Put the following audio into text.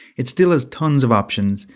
it still has tons of options,